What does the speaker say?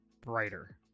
brighter